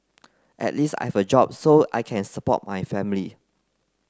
at least I have a job so I can support my family